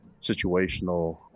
situational